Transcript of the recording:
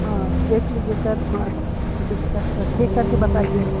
ہاں دیکھ لیجیے سر تھوڑا سا دقت ہو چیک کر کے بتائیے